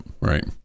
right